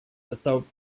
without